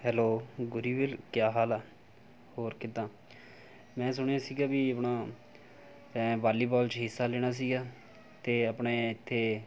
hello Guri ਵੀਰ ਕਿਆ ਹਾਲ ਹੈ ਹੋਰ ਕਿੱਦਾਂ ਮੈਂ ਸੁਣਿਆ ਸੀਗਾ ਵੀ ਆਪਣਾ ਤੈਂ ਵਾਲੀਬਾਲ 'ਚ ਹਿੱਸਾ ਲੈਣਾ ਸੀਗਾ ਅਤੇ ਆਪਣੇ ਇੱਥੇ